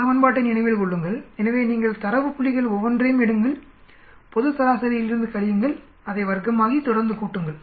இந்த சமன்பாட்டை நினைவில் கொள்ளுங்கள் எனவே நீங்கள் தரவு புள்ளிகள் ஒவ்வொன்றையும் எடுங்கள் பொது சராசரியிலிருந்து கழியுங்கள் அதை வர்க்கமாக்கி தொடர்ந்து கூட்டுங்கள்